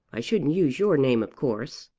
i shouldn't use your name of course.